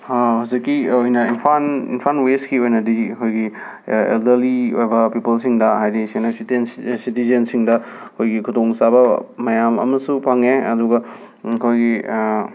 ꯍꯧꯖꯤꯛꯀꯤ ꯑꯣꯏꯅ ꯏꯝꯐꯥꯟ ꯏꯝꯐꯥꯟ ꯋꯦꯁꯀꯤ ꯑꯣꯏꯅꯗꯤ ꯑꯩꯈꯣꯏꯒꯤ ꯑꯦꯜꯗꯔꯂꯤ ꯑꯣꯏꯕ ꯄꯤꯄꯜꯁꯤꯡꯗ ꯍꯥꯏꯗꯤ ꯁꯦꯅꯔ ꯁꯤꯇꯤꯖꯦꯟꯁꯤꯡꯗ ꯑꯩꯈꯣꯏꯒꯤ ꯈꯨꯗꯣꯆꯥꯕ ꯃꯌꯥꯝ ꯑꯃꯁꯨ ꯐꯪꯉꯦ ꯑꯗꯨꯒ ꯑꯩꯈꯣꯏꯒꯤ